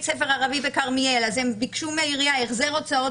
ספר ערבי בכרמיאל אז הם ביקשו מהעירייה החזר הוצאות